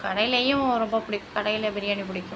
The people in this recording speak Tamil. கடையிலேயும் ரொம்ப பிடிக்கும் கடையில் பிரியாணி பிடிக்கும்